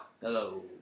Hello